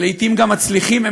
ולעתים גם מצליחים,